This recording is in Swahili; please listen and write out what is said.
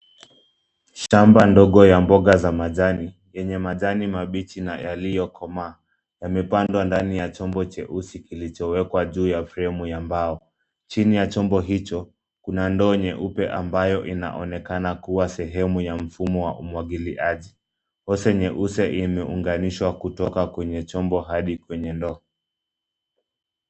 Shamba ndogo ya mboga za majani, yenye majani mabichi na yaliyokomaa, yamepandwa ndani ya chombo cheusi kilichowekwa juu ya fremu ya mbao. Chini ya chombo hicho, kuna ndoo nyeupe ambayo inaonekana kuwa sehemu ya mfumo wa umwagiliaji. Ose nyeuse imeunganishwa kutoka kwenye chombo hadi kwenye ndoo.